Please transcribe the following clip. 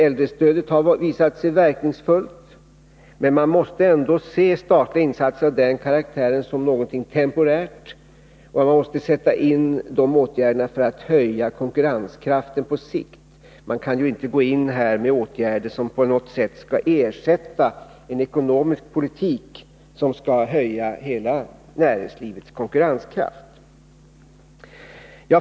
Äldrestödet har visat sig verkningsfullt, men man måste ändå se statliga insatser av den karaktären som någonting temporärt. Man måste sätta in de åtgärderna för att höja konkurrenskraften på sikt. Man kan ju inte gå in med åtgärder som på något sätt skall ersätta en ekonomisk politik, som skall öka hela näringslivets konkurrenskraft.